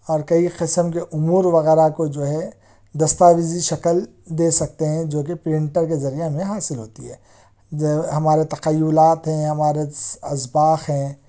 اور کئی قسم کے امور وغیرہ کو جو ہے دستاویزی شکل دے سکتے ہیں جو کہ پرنٹر کے ذریعے ہمیں حاصل ہوتی ہے جے ہمارے تخیلات ہیں ہمارے اس اسباق ہیں